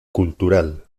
cultural